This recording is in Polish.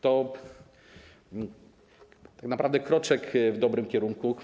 To naprawdę kroczek w dobrym kierunku.